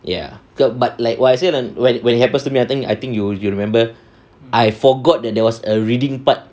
ya ke but like what I say when it when it happens to me I think I think you you remember I forgot that there was a reading part